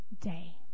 day